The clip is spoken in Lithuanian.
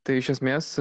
tai iš esmės